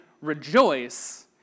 rejoice